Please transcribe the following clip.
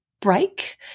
Break